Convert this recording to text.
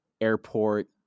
airport